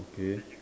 okay